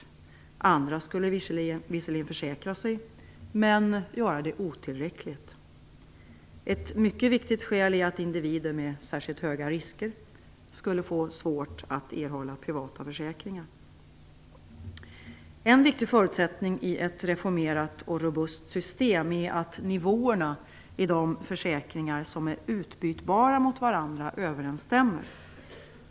Andra skulle visserligen försäkra sig, men göra det otillräckligt. Ett mycket viktigt skäl är att individer med särskilt höga risker skulle få svårt att erhålla privata försäkringar. En viktig förutsättning i ett reformerat och robust system är att nivåerna i de försäkringar som är utbytbara mot varandra överensstämmer.